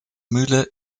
mühle